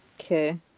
Okay